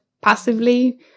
passively